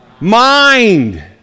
mind